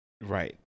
right